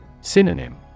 Synonym